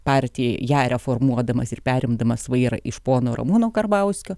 partiją ją reformuodamas ir perimdamas vairą iš pono ramūno karbauskio